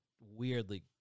weirdly